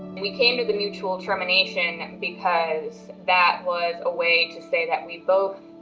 we came to the mutual termination because that was a way to say that we both,